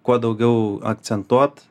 kuo daugiau akcentuot